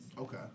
Okay